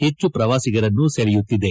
ಹೆಚ್ಚು ಪ್ರವಾಸಿಗರನ್ನು ಸೆಳೆಯುತ್ತಿದೆ